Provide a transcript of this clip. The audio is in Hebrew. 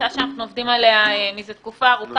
הצעה שאנחנו עובדים עליה מזה תקופה ארוכה,